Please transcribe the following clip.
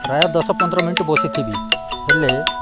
ପ୍ରାୟ ଦଶ ପନ୍ଦର ମିନିଟ୍ ବସିଥିବି ହେଲେ